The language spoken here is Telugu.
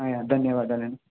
యా ధన్యవాదాలు అండి